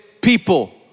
people